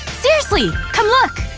seriously! come look!